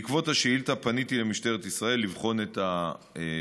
בעקבות השאילתה פניתי אל משטרת ישראל לבחון את הדברים.